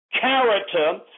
character